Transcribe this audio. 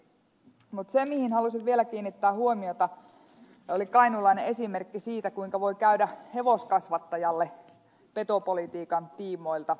mutta se mihin halusin vielä kiinnittää huomiota on kainuulainen esimerkki siitä kuinka voi käydä hevoskasvattajalle petopolitiikan tiimoilta